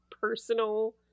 personal